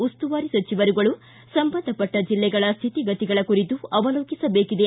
ಉಸ್ತುವಾರಿ ಸಚಿವರುಗಳು ಸಂಬಂಧಪಟ್ಟ ಜಿಲ್ಲೆಗಳ ಸ್ಥಿತಿಗತಿಗಳ ಕುರಿತು ಅವಲೋಕಿಸಬೇಕಿದೆ